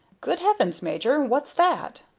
good heavens, major what's that?